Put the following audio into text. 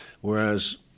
Whereas